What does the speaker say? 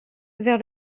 vers